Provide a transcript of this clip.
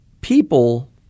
people